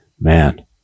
man